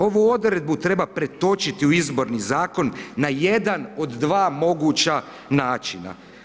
Ovu odredbu treba pretočiti u Izborni zakon na jedan od dva moguća načina.